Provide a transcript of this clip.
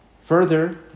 Further